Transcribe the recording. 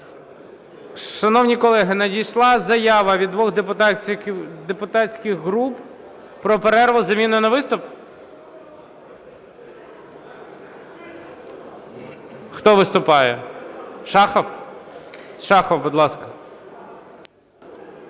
Шановні колеги, надійшла заява від двох депутатських груп про перерву із заміною на виступ. Хто виступає, Шахов? Шахов, будь ласка.